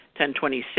10.26